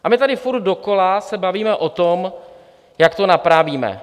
A my tady furt dokola se bavíme o tom, jak to napravíme.